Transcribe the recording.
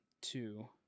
two